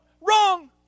Wrong